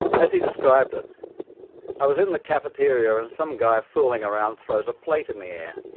as he described it i was in the cafeteria and some guy, fooling around, throws a plate in the air.